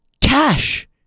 Cash